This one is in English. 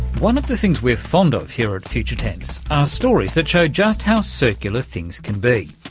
one of the things we're fond of here at future tense are stories that show just how circular things can be,